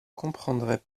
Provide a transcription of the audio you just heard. comprendrait